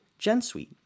Gensuite